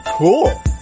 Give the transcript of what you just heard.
Cool